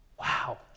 Wow